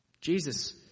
Jesus